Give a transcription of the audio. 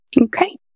okay